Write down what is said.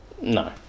No